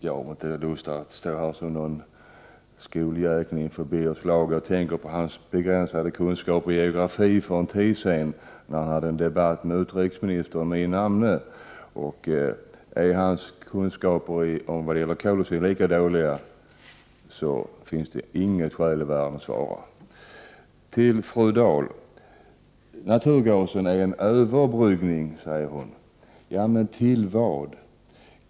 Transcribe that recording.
Jag har inte lust att stå här inför Birger Schlaug som något slags skoldjäkne. Jag tänker på hans begränsade kunskaper i geografi för en tid sedan. Han hade en debatt med utrikesministern, min namne. Är hans kunskaper om koldioxid lika dåliga som hans geografikunskaper, finns det inget skäl i världen att svara. Till fru Dahl. Naturgasen är en överbryggning, säger hon. Ja, men till vad?